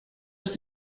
ist